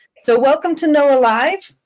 so welcome to noaa alive.